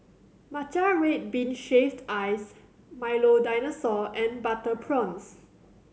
matcha red bean shaved ice Milo Dinosaur and butter prawns